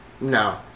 no